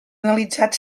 analitzat